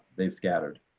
they've scattered.